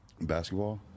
Basketball